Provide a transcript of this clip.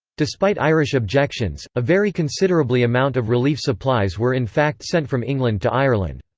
despite irish objections, a very considerably amount of relief supplies were in fact sent from england to ireland.